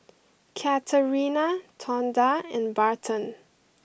Katarina Tonda and Barton